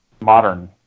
modern